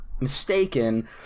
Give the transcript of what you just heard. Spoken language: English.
mistaken